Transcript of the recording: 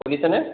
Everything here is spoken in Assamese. শুনিছেনে